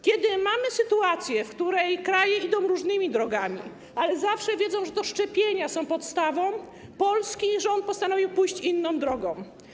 Kiedy mamy sytuację, w której kraje idą różnymi drogami, ale zawsze wiedzą, że to szczepienia są podstawą, polski rząd postanowił pójść inną drogą.